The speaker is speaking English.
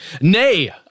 Nay